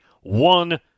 one